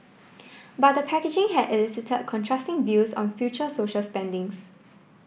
but the package had elicite contrasting views on future social spendings